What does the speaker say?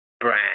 brand